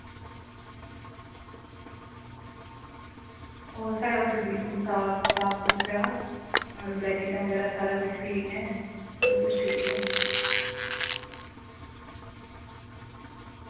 होर साढ़ा होटल बिल्कुल साफ सुथरा बेडशीटां बगैरा सबकिश क्लीन ऐ सबकुछ ठीक ऐ